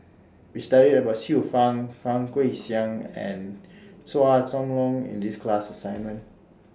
We studied about Xiu Fang Fang Guixiang and Chua Chong Long in The class assignment